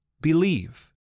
Believe